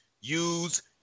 Use